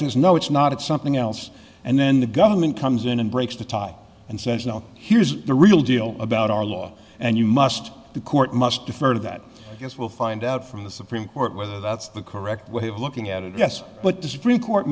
is no it's not it's something else and then the government comes in and breaks the tie and says well here's the real deal about our law and you must the court must defer to that yes we'll find out from the supreme court whether that's the correct way of looking at it yes but to supreme court